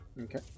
Okay